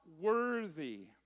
worthy